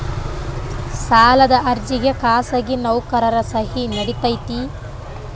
ಸಾಲದ ಅರ್ಜಿಗೆ ಖಾಸಗಿ ನೌಕರರ ಸಹಿ ನಡಿತೈತಿ?